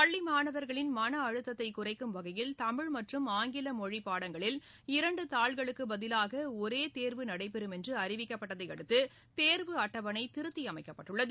பள்ளி மாணவர்களின் மன அழுத்ததை குறைக்கும் வகையில் தமிழ் மற்றும் ஆங்கில மொழி பாடங்களில் இரண்டு தாள்களுக்குப் பதிவாக ஒரே தேர்வு நடைபெறும் என்று அறிவிக்கப்பட்டதை அடுத்து தேர்வு அட்டவணை திருத்தியமைக்கப்பட்டுள்ளது